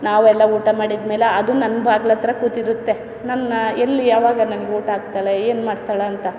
ನಾವೆಲ್ಲ ಊಟ ಮಾಡಿದ್ಮೇಲೆ ಅದು ನನ್ನ ಬಾಗ್ಲ ಹತ್ತಿರ ಕೂತಿರುತ್ತೆ ನನ್ನ ಎಲ್ಲಿ ಯಾವಾಗ ನನ್ಗೆ ಊಟ ಹಾಕ್ತಾಳೆ ಏನು ಮಾಡ್ತಾಳೆ ಅಂತ